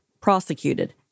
prosecuted